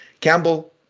Campbell